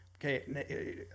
Okay